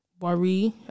worry